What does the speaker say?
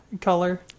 color